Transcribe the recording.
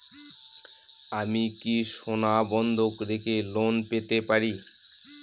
আমি কি সোনা বন্ধক রেখে লোন পেতে পারি?